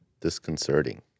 disconcerting